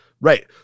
Right